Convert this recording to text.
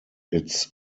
its